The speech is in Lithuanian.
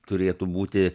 turėtų būti